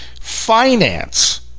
finance